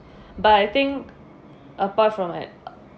but I think apart from it